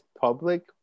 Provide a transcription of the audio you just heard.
public